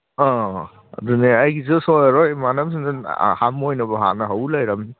ꯑꯥ ꯑꯗꯨꯅꯦ ꯑꯩꯒꯤꯁꯨ ꯁꯣꯏꯔꯔꯣꯏ ꯏꯃꯥꯟꯅꯕꯁꯤꯡꯗꯨ ꯍꯥꯟꯅ ꯃꯣꯏꯅꯕꯨ ꯍꯥꯟꯅ ꯍꯧ ꯂꯩꯔꯕꯅꯤ